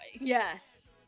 Yes